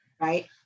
Right